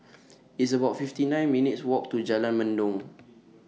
It's about fifty nine minutes' Walk to Jalan Mendong